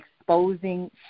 Exposing